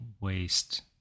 waste